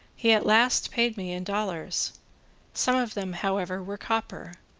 he at last paid me in dollars some of them, however, were copper,